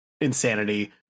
insanity